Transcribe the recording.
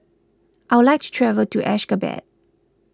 I would like to travel to Ashgabat